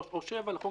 3 או 7 לחוק